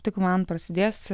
tik man prasidės